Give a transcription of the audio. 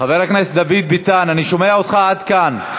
חבר הכנסת דוד ביטן, אני שומע אותך עד כאן.